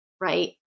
right